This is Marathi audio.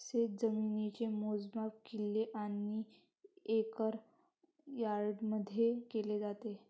शेतजमिनीचे मोजमाप किल्ले आणि एकर यार्डमध्ये केले जाते